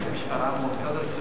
משרד הרישוי בשפרעם הוא משרד הרישוי